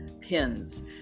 pins